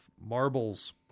marbles